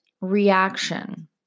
reaction